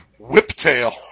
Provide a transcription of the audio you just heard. whiptail